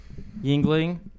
Yingling